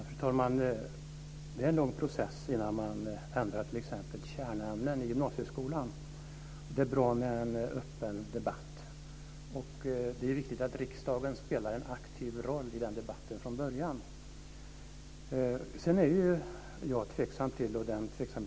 Fru talman! Det är en lång process innan man ändrar kärnämnen i gymnasieskolan. Det är bra med en öppen debatt. Det är viktigt att riksdagen från början spelar en aktiv roll i den debatten.